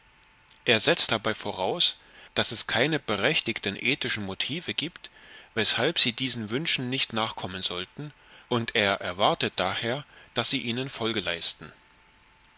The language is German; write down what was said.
er setzt dabei voraus daß es keine berechtigten ethischen motive gibt weshalb sie diesen wünschen nicht nachkommen sollten und er erwartet daher daß sie ihnen folge leisten